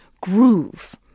groove